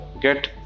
get